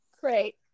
Great